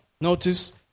notice